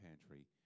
pantry